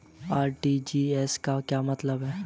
RTGS का क्या मतलब होता है?